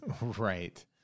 Right